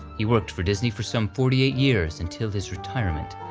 he worked for disney for some forty eight years until his retirement,